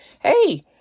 hey